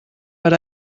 per